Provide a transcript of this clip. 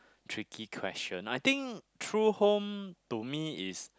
tricky question I think true home to me is